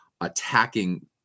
attacking